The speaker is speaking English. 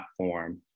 platform